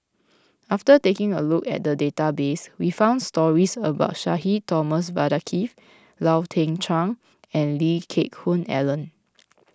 after taking a look at the database we found stories about Sudhir Thomas Vadaketh Lau Teng Chuan and Lee Geck Hoon Ellen